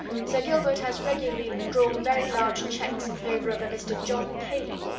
sir gilbert has regularly drawn very large cheques in favour of a mr. john paley.